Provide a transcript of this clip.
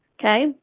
Okay